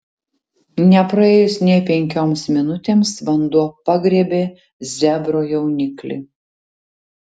nepraėjus nė penkioms minutėms vanduo pagriebė zebro jauniklį